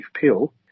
pill